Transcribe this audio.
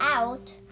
out